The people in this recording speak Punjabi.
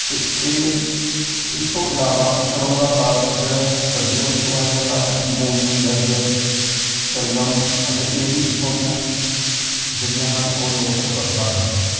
ਅਤੇ ਇਹ ਇਸ ਤੋਂ ਇਲਾਵਾ ਸਰ੍ਹੋਂ ਦਾ ਸਾਗ ਜਿਹੜਾ ਸਰਦੀਆਂ ਵਿੱਚ ਉਗਾਇਆ ਜਾਂਦਾ ਹੈ ਮੂਲੀ ਗਾਜਰ ਸ਼ਲਗਮ ਅਤੇ ਇਹ ਵੀ ਇੱਥੋਂ ਦੀਆਂ ਜਿਹੜੀਆਂ ਹਨ ਉਹ ਲੋਕਲ ਫ਼ਸਲਾਂ ਹਨ